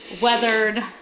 Weathered